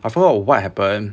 I forgot what happen